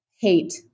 hate